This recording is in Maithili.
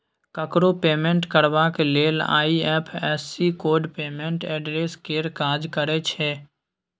ककरो पेमेंट करबाक लेल आइ.एफ.एस.सी कोड पेमेंट एड्रेस केर काज करय छै